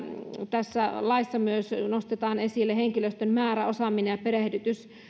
tässä laissa nostetaan esille myös henkilöstön määrä osaaminen ja perehdytys